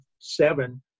seven